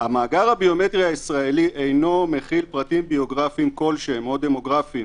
- המאגר הביומטרי הישראלי אינו מכיל פרטים ביוגרפיים או דמוגרפיים,